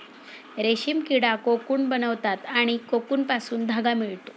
रेशीम किडा कोकून बनवतात आणि कोकूनपासून धागा मिळतो